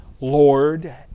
Lord